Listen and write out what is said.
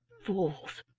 fools!